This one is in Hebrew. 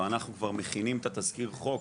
ואנחנו כבר מכינים את תזכיר החוק,